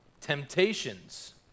temptations